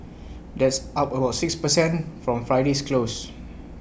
that's up about six per cent from Friday's close